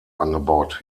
angebaut